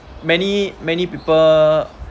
many many people